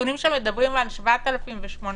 הסתמכתם על נתונים שמדברים על 7,000 ו-8,000,